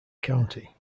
county